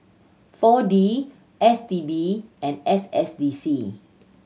Four D S T B and S S D C